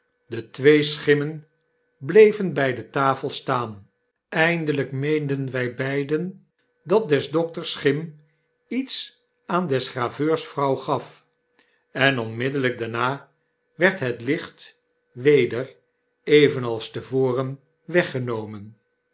de twee schimmen bleven by de tafel staan eindelijk meenden wy beiden dat des dokters schim iets aan des graveurs vrouw gaf en onmiddelljjk daarna werd het licht weder evenals te voren weggenomen